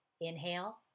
inhale